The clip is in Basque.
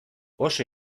oso